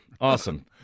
Awesome